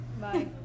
Bye